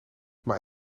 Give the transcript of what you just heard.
maar